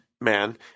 man